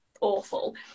awful